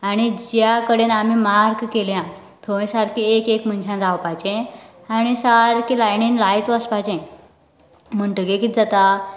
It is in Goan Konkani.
आनी ज्या कडेन आमी मार्क केल्या थंय सारके एक एक मनशान रावपाचे आनी सारके लायनीन लायत वचपाचे म्हणटगीर कितें जाता